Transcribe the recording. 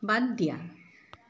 বাদ দিয়া